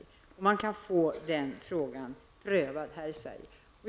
Den personen kan alltså få sin ansökan prövad här i Sverige.